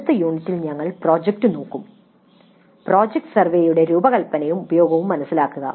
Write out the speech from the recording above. അടുത്ത യൂണിറ്റിൽ ഞങ്ങൾ പ്രോജക്റ്റ് നോക്കും പ്രോജക്റ്റ് സർവേയുടെ രൂപകൽപ്പനയും ഉപയോഗവും മനസിലാക്കുക